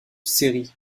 séries